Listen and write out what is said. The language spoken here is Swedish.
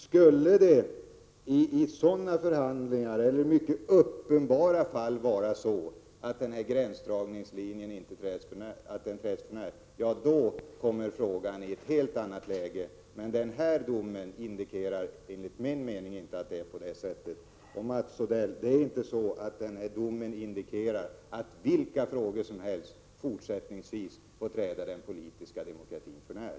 Skulle vid förhandlingar eller i mycket uppenbara fall denna gräns trädas för när kommer frågan i ett helt annat läge, men den aktuella domen indikerar enligt min mening inte att det har skett. Denna dom indikerar inte, Mats Odell, att vilka frågor som helst fortsättningsvis får träda den politiska demokratin för när.